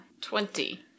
Twenty